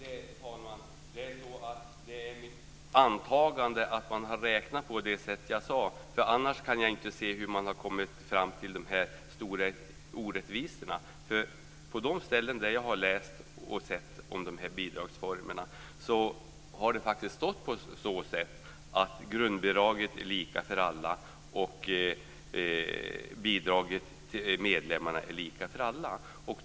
Herr talman! Det är ett antagande att man har räknat på det sätt som jag sade - annars kan jag inte se hur man har kommit fram till de stora orättvisorna. På de ställen där jag har läst om de här bidragsformerna har det stått att grundbidraget är lika för alla och bidraget till medlemmarna är lika för alla.